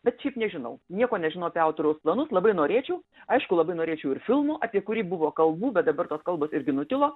bet šiaip nežinau nieko nežinau apie autoriaus planus labai norėčiau aišku labai norėčiau ir filmo apie kurį buvo kalbų bet dabar tos kalbos irgi nutilo